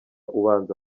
ubanza